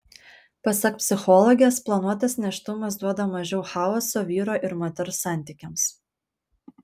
pasak psichologės planuotas nėštumas duoda mažiau chaoso vyro ir moters santykiams